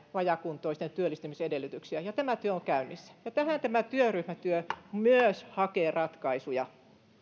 vajaakuntoisten työllistymisedellytyksiä ja tämä työ on käynnissä tähän tämä työryhmätyö myös hakee ratkaisuja